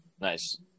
Nice